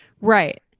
Right